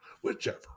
Whichever